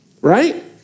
right